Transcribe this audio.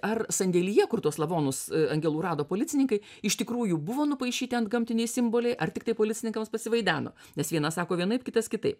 ar sandėlyje kur tuos lavonus angelų rado policininkai iš tikrųjų buvo nupaišyti antgamtiniai simboliai ar tiktai policininkams pasivaideno nes vienas sako vienaip kitas kitaip